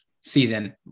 season